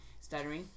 stuttering